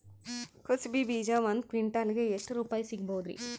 ಕುಸಬಿ ಬೀಜ ಒಂದ್ ಕ್ವಿಂಟಾಲ್ ಗೆ ಎಷ್ಟುರುಪಾಯಿ ಸಿಗಬಹುದುರೀ?